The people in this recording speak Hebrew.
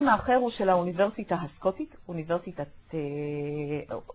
המקום האחר הוא של האוניברסיטה הסקוטית, אוניברסיטת...